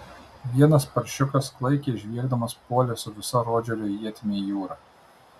vienas paršiukas klaikiai žviegdamas puolė su visa rodžerio ietimi į jūrą